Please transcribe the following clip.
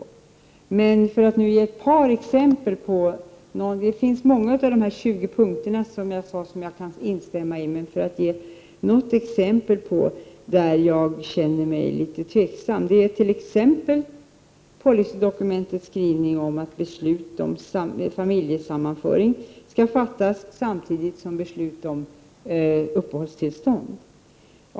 Det finns många av dessa 20 punkter som jag kan instämma i. Ett exempel på en punkt där jag känner mig litet tveksam är policydokumentets skrivning om att beslut om familjesammanföring skall fattas samtidigt som beslut om uppehållstillstånd.